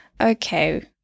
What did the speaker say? okay